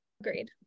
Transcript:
Agreed